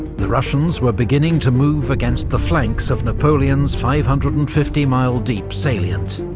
the russians were beginning to move against the flanks of napoleon's five hundred and fifty mile-deep salient.